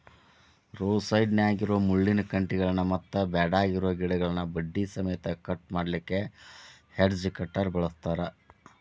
road ಸೈಡ್ನ್ಯಾಗಿರೋ ಮುಳ್ಳಿನ ಕಂಟಿಗಳನ್ನ ಮತ್ತ್ ಬ್ಯಾಡಗಿರೋ ಗಿಡಗಳನ್ನ ಬಡ್ಡಿ ಸಮೇತ ಕಟ್ ಮಾಡ್ಲಿಕ್ಕೆ ಹೆಡ್ಜ್ ಕಟರ್ ಬಳಸ್ತಾರ